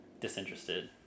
disinterested